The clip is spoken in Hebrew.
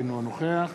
אינו נוכח